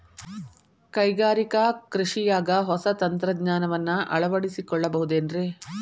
ಕೈಗಾರಿಕಾ ಕೃಷಿಯಾಗ ಹೊಸ ತಂತ್ರಜ್ಞಾನವನ್ನ ಅಳವಡಿಸಿಕೊಳ್ಳಬಹುದೇನ್ರೇ?